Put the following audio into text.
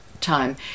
time